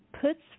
puts